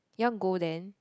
you want go then